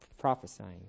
prophesying